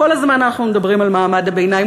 כל הזמן אנחנו מדברים על מעמד הביניים,